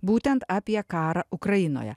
būtent apie karą ukrainoje